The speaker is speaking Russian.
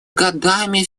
годами